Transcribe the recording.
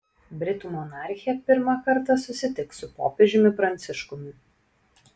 britų monarchė pirmą kartą susitiks su popiežiumi pranciškumi